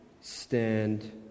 stand